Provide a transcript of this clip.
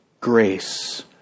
grace